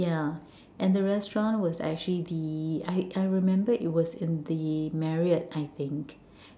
yeah and the restaurant was actually the I I remember it was in the Marriott I think